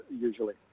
usually